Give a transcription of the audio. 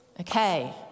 Okay